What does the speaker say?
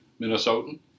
Minnesotan